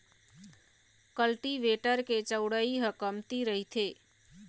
cultivator के चउड़ई ह कमती रहिथे